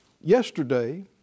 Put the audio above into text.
yesterday